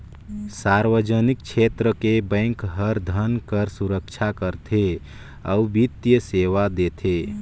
सार्वजनिक छेत्र के बेंक हर धन कर सुरक्छा करथे अउ बित्तीय सेवा देथे